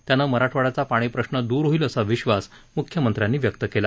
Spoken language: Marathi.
त्यानं मराठवाड्याचा पाणी प्रश्न द्र होईल असा विश्वास म्ख्यमंत्र्यांनी व्यक्त केला